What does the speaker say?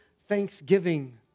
thanksgiving